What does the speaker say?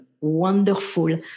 wonderful